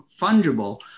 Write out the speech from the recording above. fungible